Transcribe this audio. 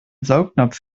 saugnapf